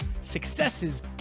successes